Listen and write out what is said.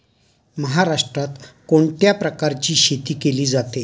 महाराष्ट्रात कोण कोणत्या प्रकारची शेती केली जाते?